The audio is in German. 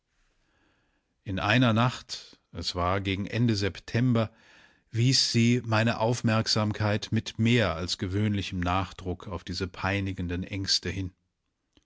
in einer nacht es war gegen ende september wies sie meine aufmerksamkeit mit mehr als gewöhnlichem nachdruck auf diese peinigenden ängste hin